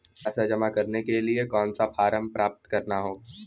पैसा जमा करने के लिए कौन सा फॉर्म प्राप्त करना होगा?